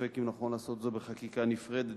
ספק אם נכון לעשות זאת בחקיקה נפרדת